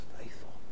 faithful